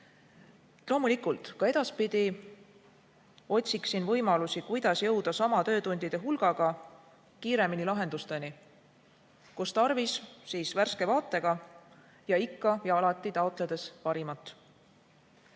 Loomulikult, ka edaspidi otsiksin võimalusi, kuidas jõuda sama töötundide hulgaga kiiremini lahendusteni, kus tarvis, värske vaatega ning ikka ja alati taotledes parimat.